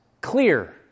clear